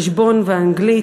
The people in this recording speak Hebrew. חשבון ואנגלית,